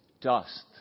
dust